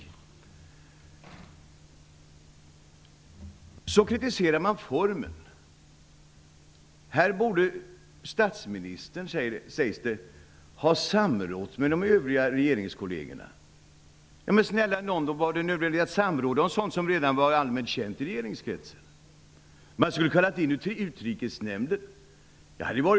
Socialdemokraterna kritiserar också formen. Man säger att statsministern borde ha samrått med regeringskollegerna. Men snälla nån -- var det nödvändigt att samråda om sådant som redan var allmänt känt i regeringskretsen? Socialdemokraterna menar att Utrikesnämnden borde ha inkallats.